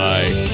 Bye